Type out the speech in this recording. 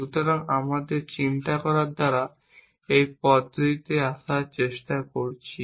সুতরাং আমরা চিন্তা করার দ্বারা এই পদ্ধতিতে আসার চেষ্টা করছি